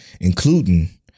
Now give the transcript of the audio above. including